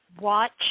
watch